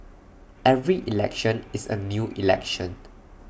every election is A new election